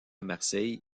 marseille